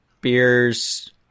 beers